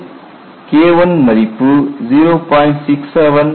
இதன் KI ன் மதிப்பு 0